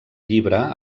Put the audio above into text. llibre